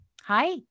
Hi